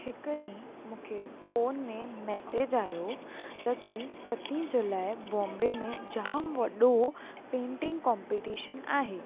हिकु ॾीहुं मूंखे फोन में मैसेज आयो त की सत जुलाई मुम्बई में जाम वॾो पेंटिग कोम्पीटीशन आहे